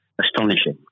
astonishing